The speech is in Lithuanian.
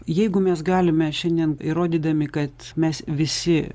jeigu mes galime šiandien įrodydami kad mes visi